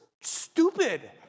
stupid